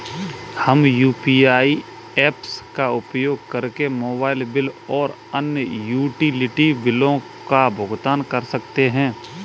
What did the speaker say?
हम UPI apps का उपयोग करके मोबाइल बिल और अन्य यूटिलिटी बिलों का भुगतान कर सकते हैं